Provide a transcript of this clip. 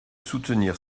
soutenir